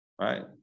Right